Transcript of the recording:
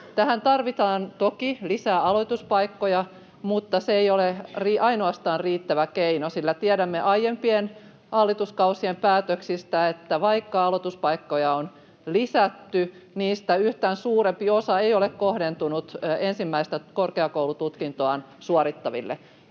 Tähän tarvitaan toki lisää aloituspaikkoja, mutta se ei ole ainoastaan riittävä keino, sillä tiedämme aiempien hallituskausien päätöksistä, että vaikka aloituspaikkoja on lisätty, niistä yhtään suurempi osa ei ole kohdentunut ensimmäistä korkeakoulututkintoaan suorittaville.